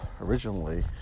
originally